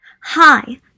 Hi